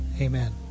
Amen